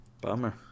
Bummer